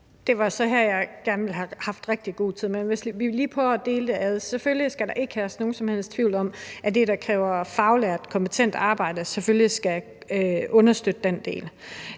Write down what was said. Det var så her, jeg gerne ville have haft rigtig god tid, men hvis vi lige prøver at skille det ad, vil jeg sige, at der selvfølgelig ikke skal herske nogen som helst tvivl om, at det, der kræver faglært, kompetent arbejde, selvfølgelig skal understøtte den del.